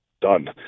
done